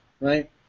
right